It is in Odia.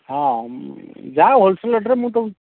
ହଁ ଯାହା ହୋଲସେଲ୍ ରେଟ୍ରେ ମୁଁ ତୁମ